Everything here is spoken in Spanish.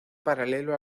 paralelo